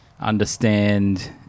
understand